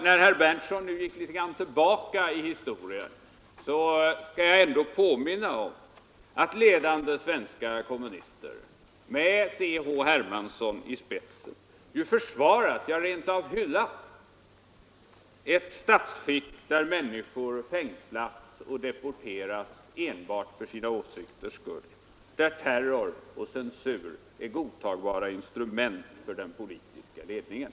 När herr Berndtson nu gick litet grand tillbaka i historien, skall jag ändå påminna om att ledande svenska kommunister med C.-H. Hermansson i spetsen har försvarat, ja, rent av hyllat ett statskick där människor fängslas och deporteras enbart för sina åsikters skull, där terror och censur är godtagbara instrument för den politiska ledningen.